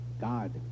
God